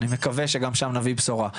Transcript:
אני רק מקווה שגם שם נביא בשורה,